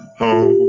home